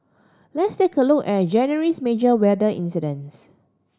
let's take a look at January's major weather incidents